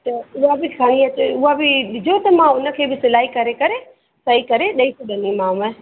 त उहा बि खणी अचा उहा बि ॾिजो त मां हुन खे बि सिलाई करे करे सही करे ॾेई छॾंदीमांव